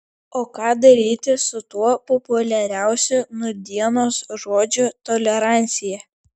o ką daryti su tuo populiariausiu nūdienos žodžiu tolerancija